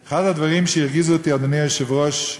אחד הדברים שהרגיזו אותי, אדוני היושב-ראש,